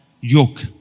yoke